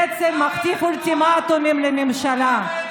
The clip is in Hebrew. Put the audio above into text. בעצם מכתיב אולטימטום לממשלה.